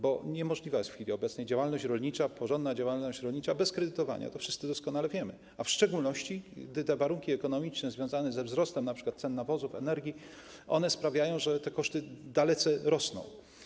Bo niemożliwa jest w chwili obecnej działalność rolnicza, porządna działalność rolnicza bez kredytowania - wszyscy doskonale to wiemy - w szczególności gdy warunki ekonomiczne związane ze wzrostem np. cen nawozów, energii sprawiają, że te koszty dalece rosną.